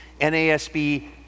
NASB